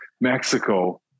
mexico